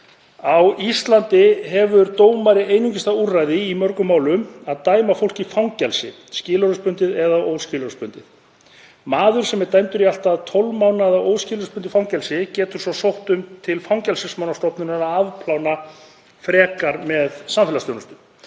Á Íslandi hefur dómari einungis það úrræði, í mörgum málum, að dæma fólk í fangelsi, skilorðsbundið eða óskilorðsbundið. Maður sem er dæmdur í allt að 12 mánaða óskilorðsbundið fangelsi getur svo sótt um það til Fangelsismálastofnunar að afplána heldur með samfélagsþjónustu.